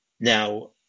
Now